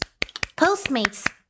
Postmates